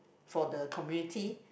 for the community